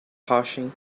hashing